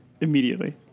immediately